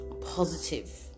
positive